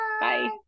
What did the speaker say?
Bye